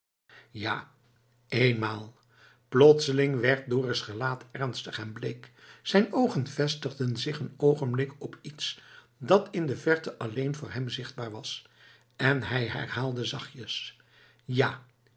ja éénmaal plotseling werd dorus gelaat ernstig en bleek zijn oogen vestigden zich een oogenblik als op iets dat in de verte alleen voor hem zichtbaar was en hij herhaalde zachtjes ja